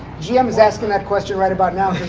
gm's asking that question right about now.